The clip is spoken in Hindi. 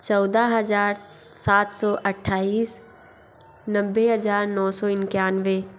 चौदह हज़ार सात सौ अट्ठाईस नब्बे हज़ार नौ सौ इक्यानवे